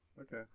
Okay